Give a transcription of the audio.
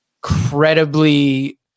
credibly